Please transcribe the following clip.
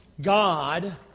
God